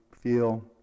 feel